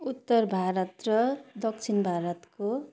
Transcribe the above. उत्तर भारत र दक्षिण भारतको